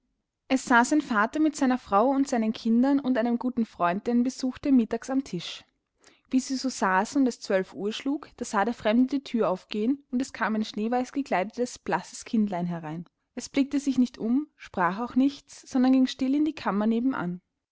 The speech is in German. es saß ein vater mit seiner frau und seinen kindern und einem guten freund der ihn besuchte mittags am tisch wie sie so saßen und es zwölf uhr schlug da sah der fremde die thür aufgehen und es kam ein schneeweiß gekleidetes blasses kindlein herein es blickte sich nicht um sprach auch nichts sondern ging still in die kammer neben